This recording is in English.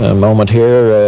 ah moment here,